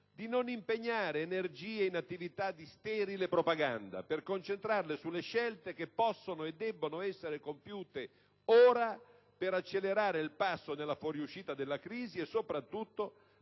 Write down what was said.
di non impegnare energie in attività di sterile propaganda per concentrarle, invece, sulle scelte che possono e devono essere compiute ora per accelerare il passo nella fuoriuscita dalla crisi e, soprattutto,